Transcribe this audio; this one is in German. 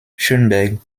schönberg